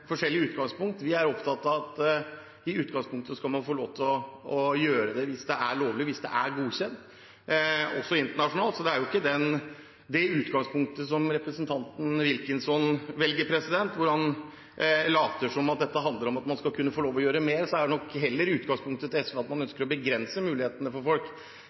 forskjellige utgangspunkt. Vi er opptatt av at man i utgangspunktet skal få lov til å gjøre det hvis det er lovlig, hvis det er godkjent, også internasjonalt. Det er ikke det utgangspunktet representanten Wilkinson velger, hvor han later som at dette handler om at man skal kunne få lov til å gjøre mer. Utgangspunktet til SV er nok heller at man ønsker å begrense mulighetene for folk.